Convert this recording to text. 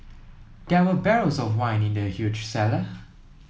there were barrels of wine in the huge cellar